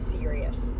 serious